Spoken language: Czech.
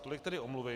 Tolik tedy omluvy.